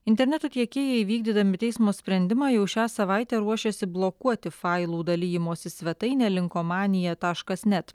interneto tiekėjai vykdydami teismo sprendimą jau šią savaitę ruošiasi blokuoti failų dalijimosi svetainę linkomanija taškas net